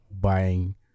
buying